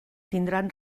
tindran